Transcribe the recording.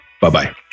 Bye-bye